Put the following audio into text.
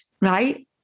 right